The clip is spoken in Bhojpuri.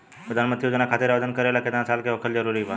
प्रधानमंत्री योजना खातिर आवेदन करे ला केतना साल क होखल जरूरी बा?